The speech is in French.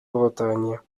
bretagne